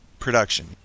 Production